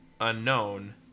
unknown